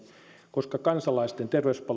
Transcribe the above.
koska kansalaisten terveyspalvelujen kysyntä on loputon